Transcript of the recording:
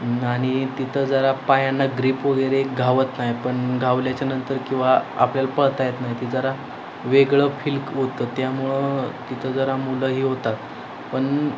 आणि तिथं जरा पायांना ग्रीप वगैरे गावत नाही पण गावल्याच्या नंतर किंवा आपल्याला पळता येत नाही ति जरा वेगळं फील होतं त्यामुळं तिथं जरा मुलं हे होतात पण